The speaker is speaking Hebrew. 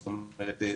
זאת אומרת,